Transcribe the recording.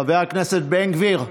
חבר הכנסת בן גביר,